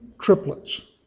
triplets